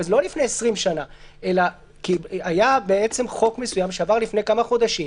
וזה לא לפני 20 שנה אלא היה בעצם חוק מסוים שעבר לפני כמה חודשים,